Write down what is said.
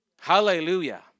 Hallelujah